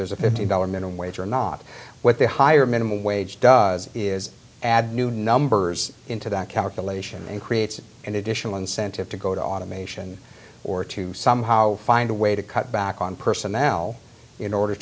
there's a fifty dollar minimum wage or not what the higher minimum wage does is add new numbers into that calculation and creates an additional incentive to go to automation or to somehow find a way to cut back on personnel in order